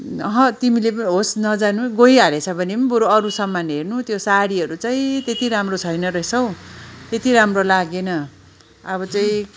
अहँ तिमीले पनि होस् नजानु गइहालेछ भने पनि बरू अरू सामान हेर्नु त्यो साडीहरू चाहिँ त्यति राम्रो छैन रहेछ हौ त्यति राम्रो लागेन अब चाहिँ